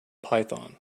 python